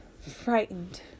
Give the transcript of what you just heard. frightened